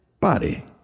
body